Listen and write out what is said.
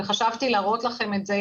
חשבתי להראות לכם את זה,